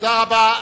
תודה רבה.